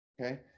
okay